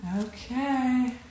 Okay